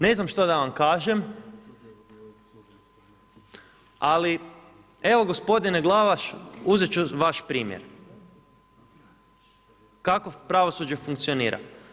Ne znam što da vam kažem, ali evo gospodine Glavaš, uzet ću vaš primjer kako pravosuđe funkcionira.